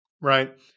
right